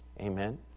Amen